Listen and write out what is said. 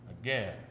again